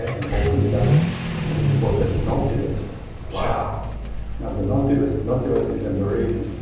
and opened it up and it was a nautilus shell wow now the nautilus nautilus is a marine